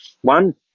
one